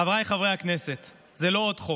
חבריי חברי הכנסת, זה לא עוד חוק.